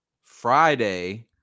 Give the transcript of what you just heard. friday